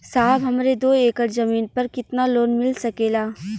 साहब हमरे दो एकड़ जमीन पर कितनालोन मिल सकेला?